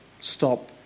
Stop